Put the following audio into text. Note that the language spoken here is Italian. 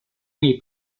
nei